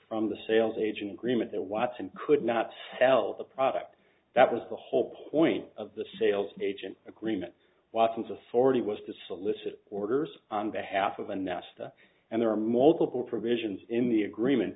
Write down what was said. from the sales agent agreement that watson could not tell the product that was the whole point of the sales agent agreement watson's authority was to solicit orders on behalf of a nest and there are multiple provisions in the agreement